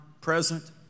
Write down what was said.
Present